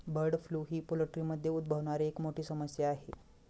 bird flu ही पोल्ट्रीमध्ये उद्भवणारी एक मोठी समस्या आहे